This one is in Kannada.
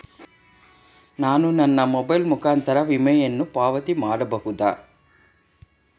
ನಾನು ನನ್ನ ಮೊಬೈಲ್ ಮುಖಾಂತರ ವಿಮೆಯನ್ನು ಪಾವತಿ ಮಾಡಬಹುದಾ?